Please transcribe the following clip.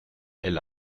elle